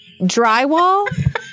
drywall